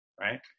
Right